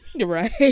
Right